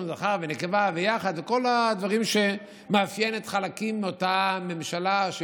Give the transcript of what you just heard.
זכר ונקבה ויחד וכל הדברים שמאפיינים חלקים מאותה ממשלה,